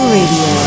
Radio